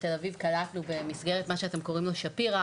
תל אביב קלטנו במסגרת מה שאתם קוראים לו שפירא,